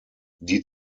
die